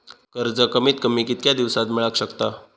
कर्ज कमीत कमी कितक्या दिवसात मेलक शकता?